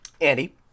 Andy